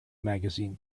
magazine